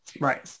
Right